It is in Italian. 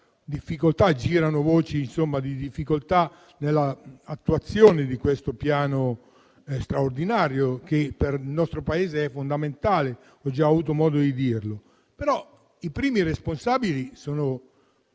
difficoltà e girano voci su una difficoltà nell'attuazione di questo Piano straordinario, che per il nostro Paese è fondamentale, come ho già avuto modo di dire. Le prime responsabili sono